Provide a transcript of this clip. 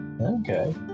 Okay